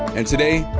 and today,